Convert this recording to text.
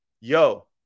yo